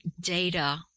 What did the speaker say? data